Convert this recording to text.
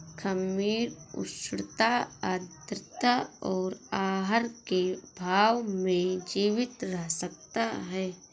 खमीर उष्णता आद्रता और आहार के अभाव में जीवित रह सकता है